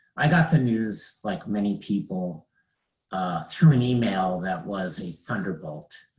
i got the news like many people through an email that was a thunderbolt.